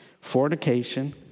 fornication